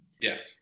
Yes